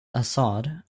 assad